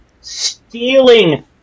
stealing